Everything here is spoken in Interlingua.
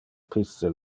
pisce